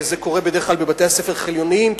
זה קורה בדרך כלל בבתי-הספר החילוניים,